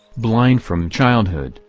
blind from childhood,